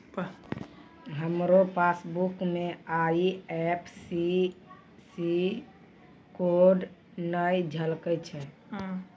हमरो पासबुक मे IFSC code नै झलकै छै